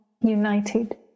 united